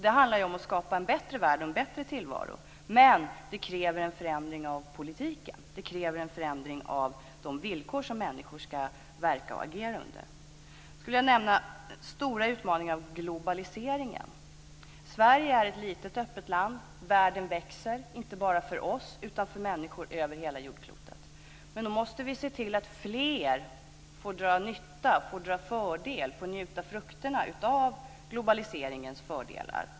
Det handlar ju om att skapa en bättre värld och en bättre tillvaro. Men detta kräver en förändring av politiken, av de villkor som människor ska verka och agera under. Jag skulle också vilja nämna den stora utmaningen med globaliseringen. Sverige är ett litet öppet land. Världen växer, inte bara för oss utan för människor över hela jordklotet. Vi måste se till att fler får dra nytta, får dra fördel och får njuta frukterna av globaliseringens fördelar.